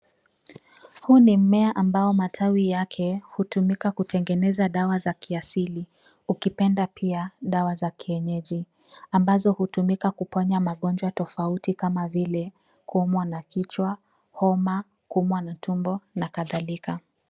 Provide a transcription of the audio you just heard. Huu ni mmea ambao matawi yake hutumika kutengeneza dawa za kiasili, ukipenda pia, dawa za kienyeji. Ambazo hutumika kupona magonjwa tofauti kama vile: kuumwa na kichwa, homa, kuumwa na tumbo na kadhalika.